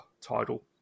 title